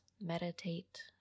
meditate